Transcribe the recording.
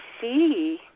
see